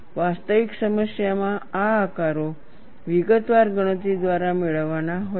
વાસ્તવિક સમસ્યામાં આ આકારો વિગતવાર ગણતરી દ્વારા મેળવવાના હોય છે